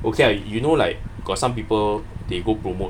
okay ah you know like got some people they go promote